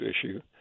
issue